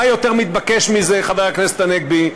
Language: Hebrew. מה יותר מתבקש מזה, חבר הכנסת הנגבי?